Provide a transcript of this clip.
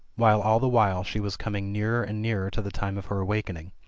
while all the while she was coming nearer and nearer to the time of her awakening.